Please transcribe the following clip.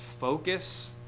focus